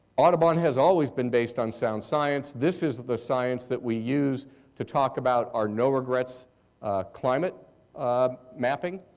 audubon has always been based on sound science. this is the science that we use to talk about our no regrets climate mapping.